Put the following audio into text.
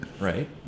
right